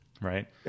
right